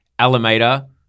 Alameda